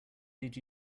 did